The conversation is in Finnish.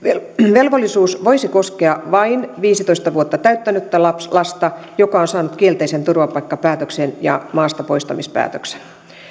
velvollisuus voisi koskea vain viisitoista vuotta täyttänyttä lasta lasta joka on saanut kielteisen turvapaikkapäätöksen ja maastapoistamispäätöksen